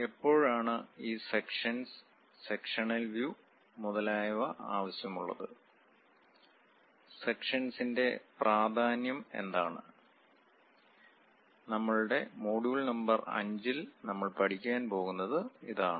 എപ്പോഴാണ് ഈ sections sectional view മുതലായവ ആവശ്യമുള്ളത് സെക്ഷൻസിൻ്റെ പ്രാധാന്യം എന്താണ് നമ്മളുടെ മൊഡ്യൂൾ നമ്പർ 5 ൽ നമ്മൾ പഠിക്കാൻ പോകുന്നത് ഇതാണ്